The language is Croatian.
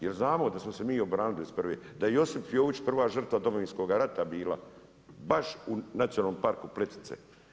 Jer znamo da smo se mi obranili '91., da je Josip Fiolić prva žrtva Domovinskoga rata bila, baš u Nacionalnom parku Plitvice.